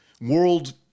world